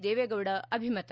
ದೇವೇಗೌಡ ಅಭಿಮತ